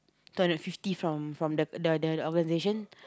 two hundred fifty from from the the the organisation